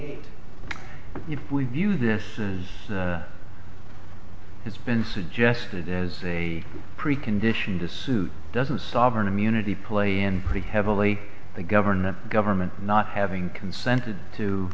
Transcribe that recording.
eight if we do this is it's been suggested as a precondition to suit doesn't sovereign immunity playing pretty heavily the government government not having consented to